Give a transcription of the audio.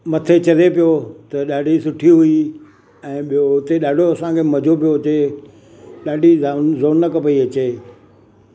मथे चढ़े पियो त ॾाढी सुठी हुई ऐं ॿियो हुते ॾाढो असांखे मज़ो पियो अचे ॾाढी र रौनक पई अचे